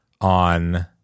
on